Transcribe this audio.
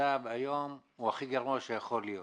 שהמצב היום הוא הכי גרוע שיכול להיות